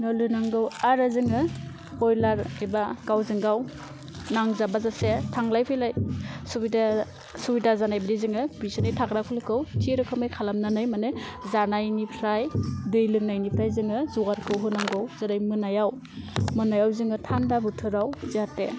न' लुनांगौ आरो जोङो ब्रइलार एबा गावजोंगाव नांजाबा जासे थांलाय फैलाय सुबिदा सुबिदा जानाय बायदि जोङो बिसोरनि थाग्रा खुलिखौ थि रोखोमै खालामनानै माने जानायनिफ्राय दै लोंनायनिफ्राय जोङो जगारखौ होनांगौ जेरै मोनायाव मोनायाव जोङो थान्दा बोथोराव जाहथे